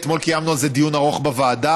אתמול קיימנו על זה דיון ארוך בוועדה: